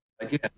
again